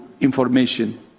information